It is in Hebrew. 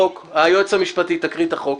היועץ המשפטי, תקריא את החוק.